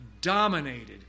dominated